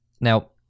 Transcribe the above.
Now